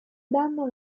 danno